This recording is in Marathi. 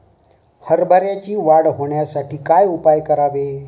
हरभऱ्याची वाढ होण्यासाठी काय उपाय करावे?